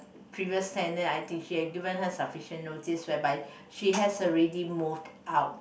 previous tenant I think she has given her sufficient notice whereby she has already moved out